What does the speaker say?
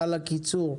לדעתי כדאי לקיים על זה